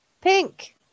Pink